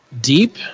deep